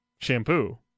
shampoo